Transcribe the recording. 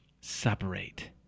separate